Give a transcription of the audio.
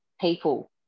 people